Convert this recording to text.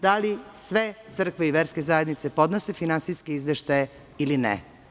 Da li sve crkve i verske zajednice podnose finansijske izveštaje ili ne?